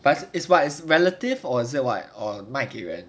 but it's what is relative or is what is 卖给人